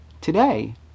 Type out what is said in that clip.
today